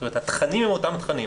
זאת אומרת, התכנים הם אותם תכנים.